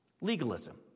Legalism